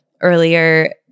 earlier